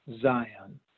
Zion